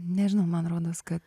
nežinau man rodos kad